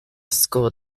school